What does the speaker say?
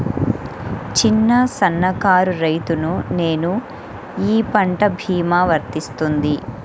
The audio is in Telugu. చిన్న సన్న కారు రైతును నేను ఈ పంట భీమా వర్తిస్తుంది?